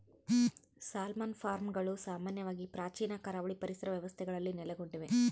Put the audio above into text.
salmon ಫಾರ್ಮ್ಗಳು ಸಾಮಾನ್ಯವಾಗಿ ಪ್ರಾಚೀನ ಕರಾವಳಿ ಪರಿಸರ ವ್ಯವಸ್ಥೆಗಳಲ್ಲಿ ನೆಲೆಗೊಂಡಿವೆ